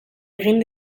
egin